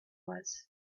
was